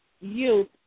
youth